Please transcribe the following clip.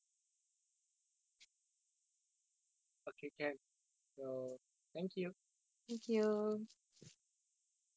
okay can so thank you thank you